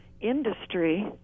industry